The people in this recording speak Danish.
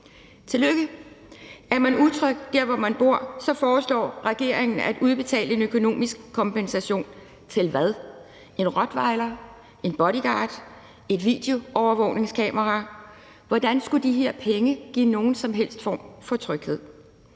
Er man utryg der, hvor man bor, så foreslår regeringen at udbetale en økonomisk kompensation – til hvad? En rottweiler, en bodyguard, et videoovervågningskamera? Hvordan skulle de her penge give nogen som helst form for tryghed?